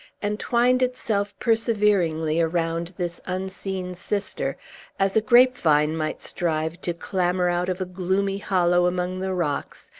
and twined itself perseveringly around this unseen sister as a grapevine might strive to clamber out of a gloomy hollow among the rocks,